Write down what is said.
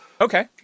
Okay